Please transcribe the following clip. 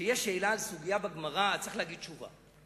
שאם יש שאלה על סוגיה בגמרא צריך להגיד תשובה,